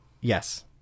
yes